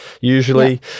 usually